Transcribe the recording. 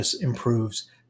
improves